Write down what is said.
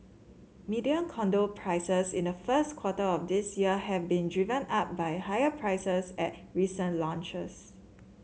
median condo prices in the first quarter of this year have been driven up by higher prices at recent launches